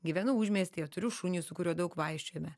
gyvenu užmiestyje turiu šunį su kuriuo daug vaikščiojome